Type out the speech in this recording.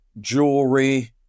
jewelry